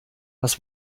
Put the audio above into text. was